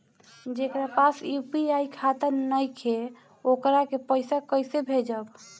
जेकरा पास यू.पी.आई खाता नाईखे वोकरा के पईसा कईसे भेजब?